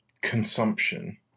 consumption